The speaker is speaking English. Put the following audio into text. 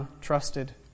trusted